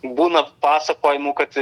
būna pasakojimų kad